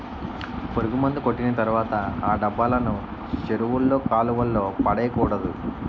పురుగుమందు కొట్టిన తర్వాత ఆ డబ్బాలను చెరువుల్లో కాలువల్లో పడేకూడదు